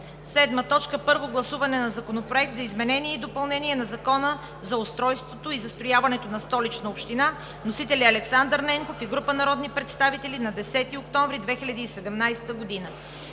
2018 г. 7. Първо гласуване на Законопроекта за изменение и допълнение на Закона за устройството и застрояването на Столичната община. Вносители са Александър Ненков и група народни представители на 4 октомври 2017 г.